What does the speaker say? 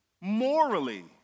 morally